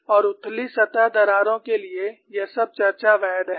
और उथली सतह दरारों के लिए यह सब चर्चा वैध है